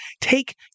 take